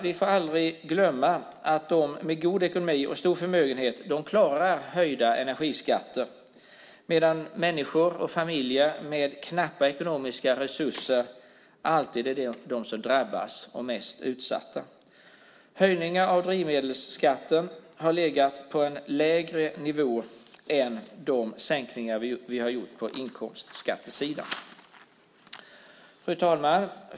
Vi får aldrig glömma att de med god ekonomi och stor förmögenhet klarar höjda energiskatter medan familjer med knappa ekonomiska resurser alltid är de som är mest utsatta och drabbas mest. Höjningarna av drivmedelsskatten har legat på en lägre nivå än de sänkningar vi gjort på inkomstskattesidan. Fru talman!